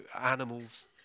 animals